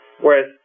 whereas